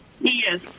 Yes